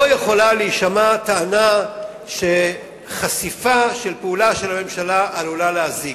לא יכולה להישמע טענה שחשיפה של פעולה של הממשלה עלולה להזיק.